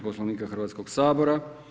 Poslovnika Hrvatskog sabora.